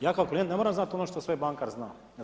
Ja kao klijent ne moram znati ono što sve bankar zna.